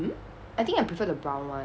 I think I prefer the brown one